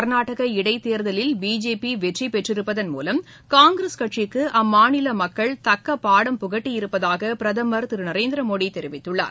கர்நாடக இடைத்தேர்தலில் பிஜேபி வெற்றிபெற்றிருப்பதன் மூலம் காங்கிரஸ் கட்சிக்கு அம்மாநில மக்கள் தக்க பாடம் புகட்டியிருப்பதாக பிரதமா் திரு நரேந்திரமோடி தெரிவித்துள்ளார்